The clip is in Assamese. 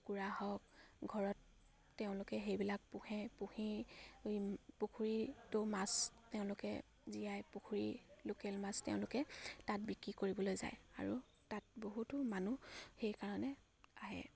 কুকুৰা হওক ঘৰত তেওঁলোকে সেইবিলাক পোহে পুহি পুখুৰীটো মাছ তেওঁলোকে জীয়াই পুখুৰী লোকেল মাছ তেওঁলোকে তাত বিক্ৰী কৰিবলৈ যায় আৰু তাত বহুতো মানুহ সেইকাৰণে আহে